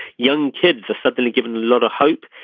young kids are suddenly given a lot of hope.